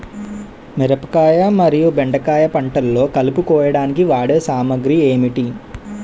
మిరపకాయ మరియు బెండకాయ పంటలో కలుపు కోయడానికి వాడే సామాగ్రి ఏమిటి?